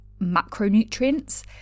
macronutrients